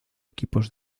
equipos